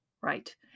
right